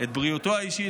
את בריאותו האישית,